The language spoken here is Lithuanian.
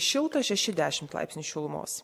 šilta šeši dešimt laipsnių šilumos